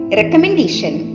recommendation